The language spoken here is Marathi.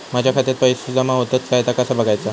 माझ्या खात्यात पैसो जमा होतत काय ता कसा बगायचा?